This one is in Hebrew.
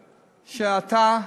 שאתה,